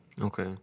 Okay